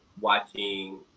watching